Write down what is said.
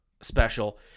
special